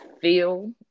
feel